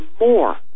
more